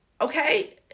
okay